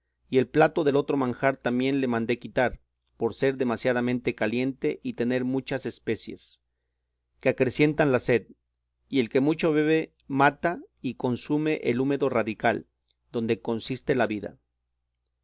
y el plato del otro manjar también le mandé quitar por ser demasiadamente caliente y tener muchas especies que acrecientan la sed y el que mucho bebe mata y consume el húmedo radical donde consiste la vida